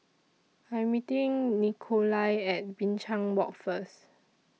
I'm meeting Nikolai At Binchang Walk First